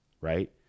right